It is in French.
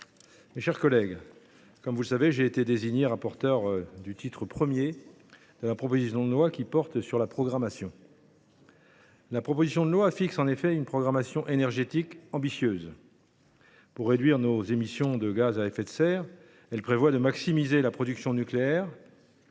mes chers collègues, comme vous le savez, j’ai été désigné rapporteur du titre I de la proposition de loi, qui porte sur la programmation. La proposition de loi fixe en effet une programmation énergétique ambitieuse. Pour réduire nos émissions de gaz à effet de serre, elle prévoit de maximiser la production d’énergie,